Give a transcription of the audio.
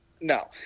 No